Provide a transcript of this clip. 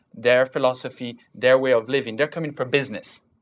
their philosophy, their way of living. they're coming for business.